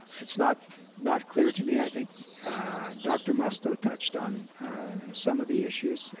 it's not not clear to me. i think dr. musto touched on some of the issues.